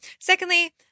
Secondly